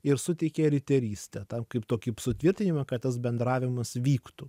ir suteikė riterystę tam kaip tokį sutvirtinimą kad tas bendravimas vyktų